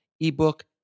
ebook